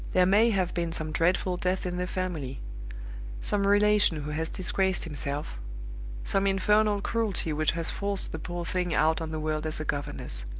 there may have been some dreadful death in the family some relation who has disgraced himself some infernal cruelty which has forced the poor thing out on the world as a governess.